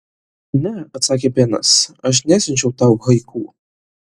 ne atsakė benas aš nesiunčiau tau haiku